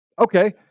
Okay